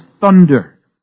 thunder